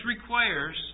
requires